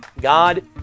God